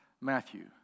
Matthew